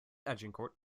agincourt